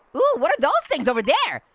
what are those things over there?